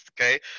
Okay